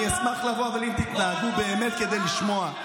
אני אשמח לבוא, אבל אם תתנהגו באמת כדי לשמוע.